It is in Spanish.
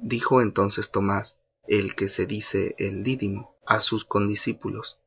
dijo entonces tomás el que se dice el dídimo á sus condiscípulos